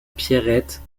pierrette